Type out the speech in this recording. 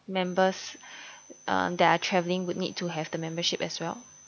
members uh that are travelling would need to have the membership as well